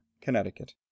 Connecticut